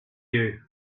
you